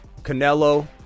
Canelo